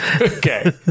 Okay